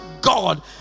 God